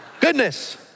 Goodness